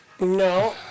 No